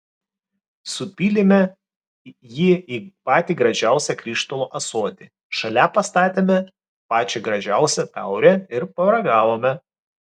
supylėme jį į patį gražiausią krištolo ąsotį šalia pastatėme pačią gražiausią taurę ir paragavome